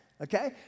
okay